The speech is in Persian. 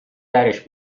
درش